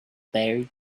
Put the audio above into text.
buried